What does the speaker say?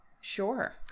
Sure